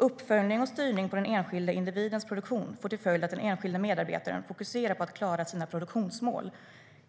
Uppföljning och styrning av den enskilda individens produktion får till följd att den enskilda medarbetaren fokuserar på att klara sina produktionsmål,